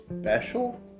special